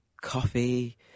coffee